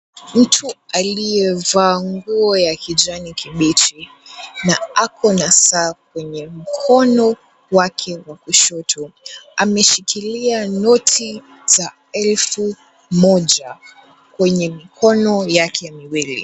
Mtu aliyevaa nguo ya kijani kibichi na ako na saa kwenye mkono wake wa kushoto ameshikilia noti za elfu moja kwenye mikono yake miwili.